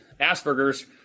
Asperger's